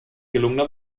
gelungener